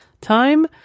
time